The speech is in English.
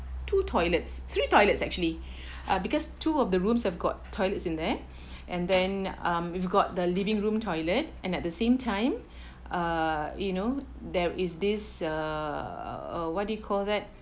two toilets three toilets actually uh because two of the rooms have got toilets in there and then mm we've got the living room toilet and at the same time uh you know there is this uh what do you call that